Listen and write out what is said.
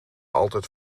altijd